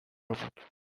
بود